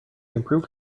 improved